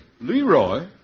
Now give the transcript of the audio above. Leroy